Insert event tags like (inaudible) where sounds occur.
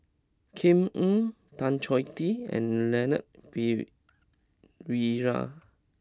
Kam Ning Tan Choh Tee and Leon Pere (unintelligible)